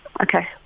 Okay